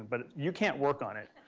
but you can't work on it.